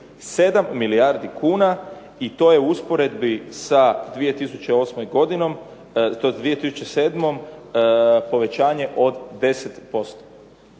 7 milijardi kuna. I to je u usporedbi sa 2008. godinom i 2007.